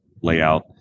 layout